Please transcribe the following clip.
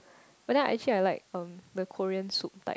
but then actually I like from the Korean soup type